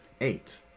eight